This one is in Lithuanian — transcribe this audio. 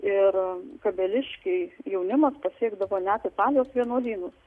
ir kabeliškiai jaunimas pasiekdavo net italijos vienuolynus